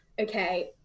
okay